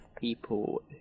people